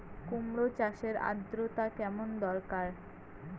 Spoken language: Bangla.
কুমড়ো চাষের আর্দ্রতা কেমন দরকার?